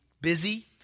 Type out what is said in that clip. busy